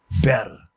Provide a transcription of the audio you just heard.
better